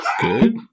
good